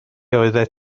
oeddet